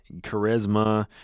charisma